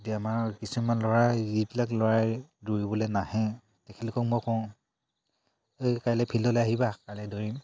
এতিয়া আমাৰ কিছুমান ল'ৰা যিবিলাক ল'ৰাই দৌৰিবলৈ নাহে তেখেতলোকক মই কওঁ এ কাইলৈ ফিল্ডলৈ আহিবা কাইলৈ দৌৰিম